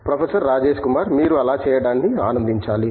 professor Rajesh Kumar మీరు అలా చేయడాన్ని ఆనందించాలి